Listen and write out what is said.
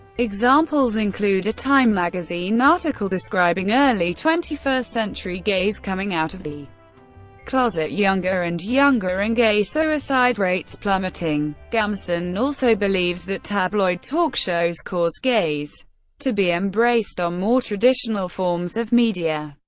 examples include a time magazine article describing early twenty first century gays coming out of the closet younger and younger and gay suicide rates plummeting. gamson also believes that tabloid talk shows caused gays to be embraced on more traditional forms of media.